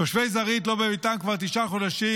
תושבי זרעית לא בביתם כבר תשעה חודשים,